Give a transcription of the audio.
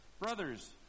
Brothers